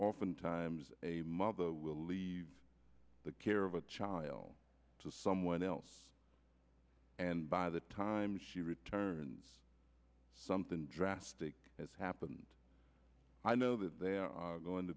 oftentimes a mother will leave the care of a child to someone else and by the time she returns something drastic has happened i know that there are going to